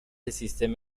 سیستم